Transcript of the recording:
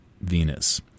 Venus